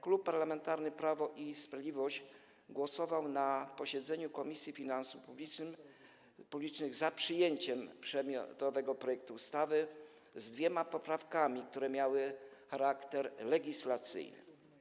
Klub Parlamentarny Prawo i Sprawiedliwość na posiedzeniu Komisji Finansów Publicznych głosował za przyjęciem przedmiotowego projektu ustawy z dwiema poprawkami, które miały charakter legislacyjny.